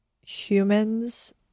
humans